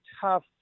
tough